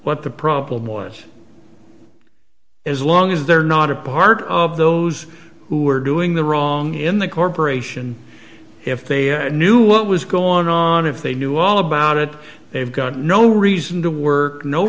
what the problem was as long as they're not a part of those who are doing the wrong in the corp if they knew what was going on if they knew all about it they've got no reason to work no